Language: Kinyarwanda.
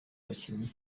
abakinnyi